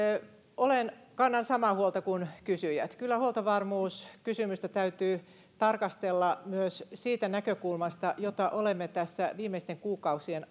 kannan samaa huolta kuin kysyjät kyllä huoltovarmuuskysymystä täytyy tarkastella myös siitä näkökulmasta jota olemme tässä viimeisten kuukausien